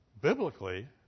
Biblically